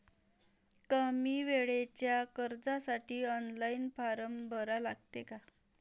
कमी वेळेच्या कर्जासाठी ऑनलाईन फारम भरा लागते का?